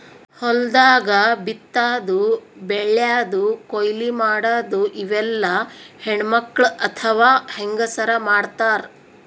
ಹೊಲ್ದಾಗ ಬಿತ್ತಾದು ಬೆಳ್ಯಾದು ಕೊಯ್ಲಿ ಮಾಡದು ಇವೆಲ್ಲ ಹೆಣ್ಣ್ಮಕ್ಕಳ್ ಅಥವಾ ಹೆಂಗಸರ್ ಮಾಡ್ತಾರ್